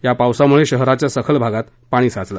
या पावसामुळे शहराच्या सखल भागात पाणी साचलं